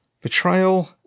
betrayal